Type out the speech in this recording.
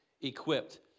equipped